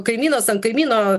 kaimynas ant kaimyno